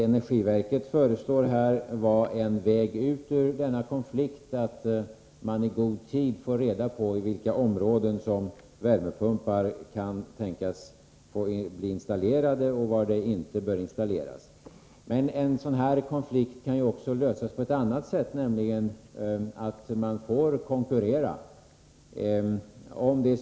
Energiverkets förslag kan vara en väg ut ur denna konflikt: att man i god tid får reda på i vilka områden värmepumpar kan tänkas bli installerade och i vilka områden de inte får installeras. En sådan här konflikt kan ju också lösas på ett annat sätt, nämligen genom konkurrens.